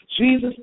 Jesus